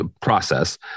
process